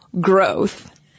growth